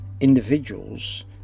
individuals